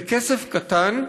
זה כסף קטן,